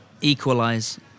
equalise